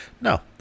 No